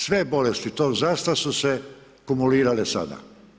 Sve bolesti tog zdravstva su se kumulirale sada.